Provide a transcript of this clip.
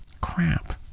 Crap